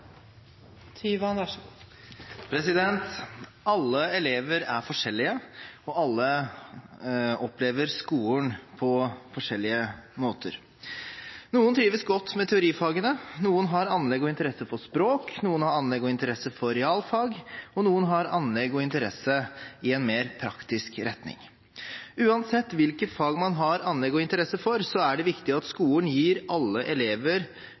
Alle elever er forskjellige, og alle opplever skolen på forskjellige måter. Noen trives godt med teorifagene, noen har anlegg og interesse for språk, noen har anlegg og interesse for realfag, og noen har anlegg og interesse i en mer praktisk retning. Uansett hvilke fag man har anlegg og interesse for, er det viktig at skolen gir alle elever